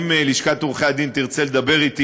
אם לשכת עורכי-הדין תרצה לדבר אתי,